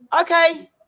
okay